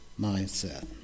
mindset